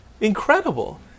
Incredible